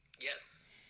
Yes